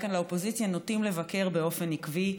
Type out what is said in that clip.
כאן לאופוזיציה נוטים לבקר באופן עקיב,